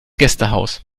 gästehaus